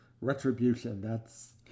retribution—that's